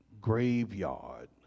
Graveyard